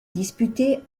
disputée